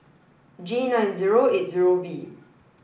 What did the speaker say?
G nine zero eight zero V